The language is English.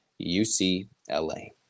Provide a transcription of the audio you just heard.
UCLA